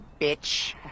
bitch